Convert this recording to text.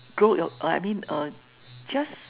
grow your I mean uh just